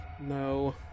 No